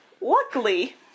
Luckily